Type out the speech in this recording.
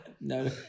no